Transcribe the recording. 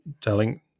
telling